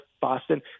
Boston